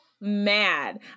mad